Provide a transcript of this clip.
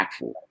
impactful